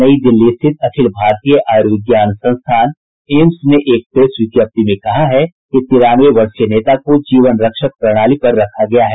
नई दिल्ली स्थित अखिल भारतीय आयुर्विज्ञान संस्थान एम्स ने एक प्रेस विज्ञप्ति में कहा है कि तिरानवे वर्षीय नेता को जीवन रक्षक प्रणाली पर रखा गया है